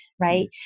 right